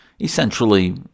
essentially